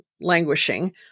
languishing